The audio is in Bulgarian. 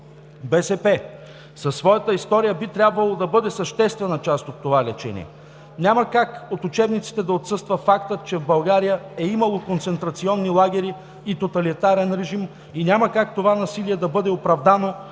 БСП със своята история би трябвало да бъде съществена част от това лечение. Няма как от учебниците да отсъства фактът, че в България е имало концентрационни лагери и тоталитарен режим, и няма как това насилие да бъде оправдано